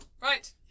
right